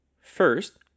First